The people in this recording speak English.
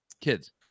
kids